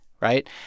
Right